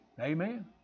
Amen